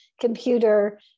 computer